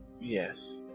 Yes